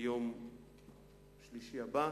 ביום שלישי הבא,